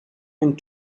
and